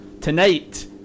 tonight